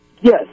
Yes